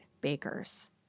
bakers